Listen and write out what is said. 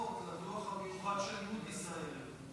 חליפות לדוח המיוחד של מודי'ס הערב.